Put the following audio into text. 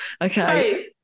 Okay